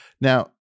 Now